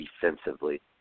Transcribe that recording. defensively